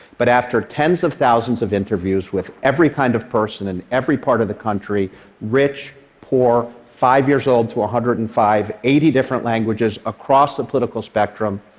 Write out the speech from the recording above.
but after tens of thousands of interviews with every kind of person in every part of the country rich, poor, five years old to one ah hundred and five, eighty different languages, across the political spectrum